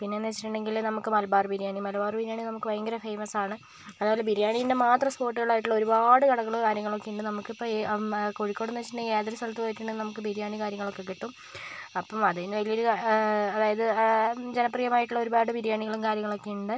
പിന്നെന്നു വെച്ചിട്ടുണ്ടെങ്കില് നമുക്ക് മലബാർ ബിരിയാണി മലബാർ ബിരിയാണി നമുക്ക് ഭയങ്കര ഫേമസ്സാണ് അതേപോലെ ബിരിയാണിൻ്റെ മാത്രം സ്പോട്ടുകളായിട്ടുള്ള ഒരുപാട് കടകള് കാര്യങ്ങളൊക്കെ ഉണ്ട് നമുക്കിപ്പം കോഴിക്കോട് എന്ന് വെച്ചിട്ടുണ്ടെങ്കിൽ ഏതൊരു സ്ഥലത്തു പോയിട്ടുണ്ടെങ്കിലും നമുക്ക് ബിരിയാണി കാര്യങ്ങളൊക്കെ കിട്ടും അപ്പം അതുതന്നെ വലിയൊരു അതായത് ജനപ്രിയമായിട്ടുള്ള ഒരുപാട് ബിരിയാണികളും കാര്യങ്ങളുമൊക്കെ ഉണ്ട്